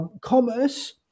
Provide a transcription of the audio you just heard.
commerce